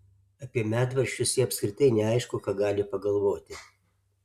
apie medvaržčius ji apskritai neaišku ką gali pagalvoti